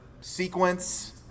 sequence